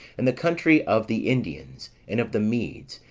and the country of the indians, and of the medes,